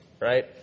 right